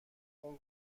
اون